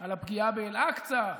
על הפגיעה באל-אקצה,